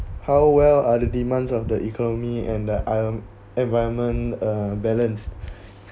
how well are the demands of the economy and the en~ environment uh balance